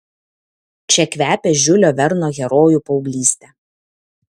čia kvepia žiulio verno herojų paauglyste